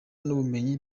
n’ubumenyi